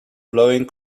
blowing